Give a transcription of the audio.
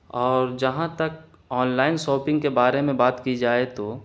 اور جہاں تک آنلائن ساپنگ کے بارے میں بات کی جائے تو